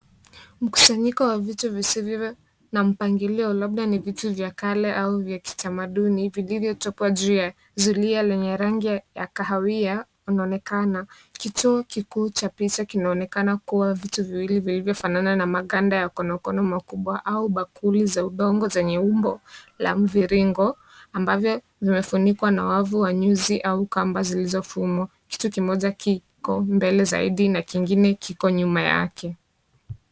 Mkusanyiko wa vitu visivyo na mpangilio labda ni vitu vya kale au vya kitamaduni vilivyotupwa juu ya suria la rangi ya kahawia anaonekana kituo kikuu cha picha kinaonekana kuwa vitu viwili vilivyo fanana na maganda ya konokono makubwa au bakuli za udongo zenye umbo la mviringo ambavyo vimefunikwa na wavu wanyuzi au kamba zilizo fungwa kitu kimoja kiko mbele saidi na kingine kiko nyuma yake.